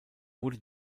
wurde